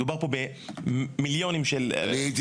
מדובר פה במיליונים של --- אני הייתי